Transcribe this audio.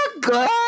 good